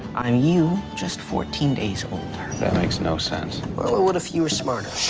i'm you, just fourteen days older. that makes no sense. well, it would if you were smarter.